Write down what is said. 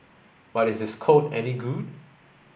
but is his code any good